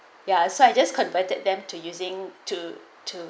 ya so I just converted them to using to to